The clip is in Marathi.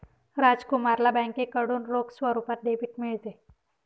राजकुमारला बँकेकडून रोख स्वरूपात डेबिट मिळते